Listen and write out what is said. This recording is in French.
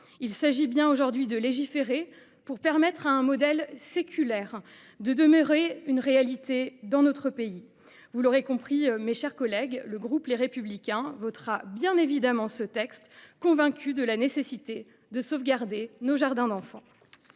Il s’agit bien, aujourd’hui, de légiférer pour permettre à un modèle séculaire de demeurer une réalité dans notre pays. Vous l’aurez compris, mes chers collègues, les membres du groupe Les Républicains voteront bien évidemment ce texte, convaincus de la nécessité de sauvegarder les jardins d’enfants